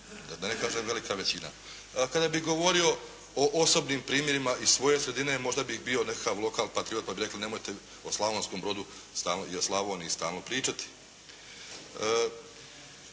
da ne kažem velika većina. Kada bih govorio o osobnim primjerima iz svoje sredine možda bih bio nekakav lokal patriot pa bih rekao nemojte o Slavonskom Brodu stalno i o Slavoniji stalno pričati.